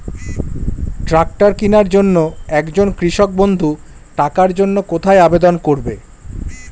Tractor কিনার জন্য একজন কৃষক বন্ধু টাকার জন্য কোথায় আবেদন করবে?